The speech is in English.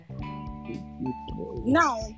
now